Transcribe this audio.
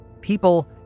People